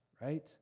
right